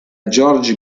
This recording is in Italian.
george